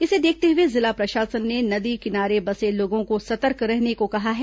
इसे देखते हुए जिला प्रशासन ने नदी किनारे बसे लोगों को सतर्क रहने को कहा है